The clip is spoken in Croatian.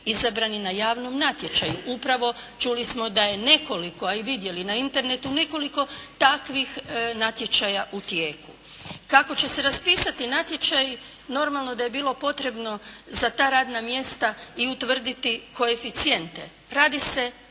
izabrani na javnom natječaju. Upravo čuli smo da je nekoliko a i vidjeli na Internetu, nekoliko takvih natječaja u tijeku. Kako će se raspisati natječaji normalno da je bilo potrebno za ta radna mjesta i utvrditi koeficijente. Radi se o